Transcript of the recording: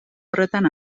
horretan